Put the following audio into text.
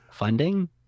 Funding